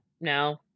no